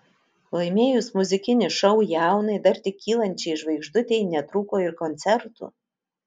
laimėjus muzikinį šou jaunai dar tik kylančiai žvaigždutei netrūko ir koncertų